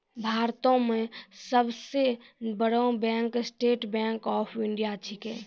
भारतो मे सब सं बड़ो bank State Bank of India छिकै